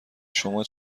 شما